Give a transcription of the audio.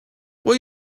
will